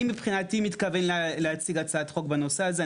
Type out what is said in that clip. אני מבחינתי מתכוון להציג הצעת חוק בנושא הזה,